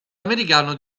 americano